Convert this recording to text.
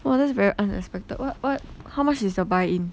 !wah! that's very unexpected what what how much is your buy in